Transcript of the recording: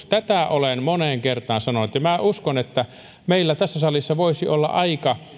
tätä olen moneen kertaan sanonut ja minä uskon että meillä tässä salissa voisi olla aika